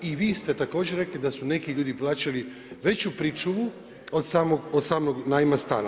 I vi ste također rekli da su neki ljudi plaćali veću pričuvu od samog najma stana.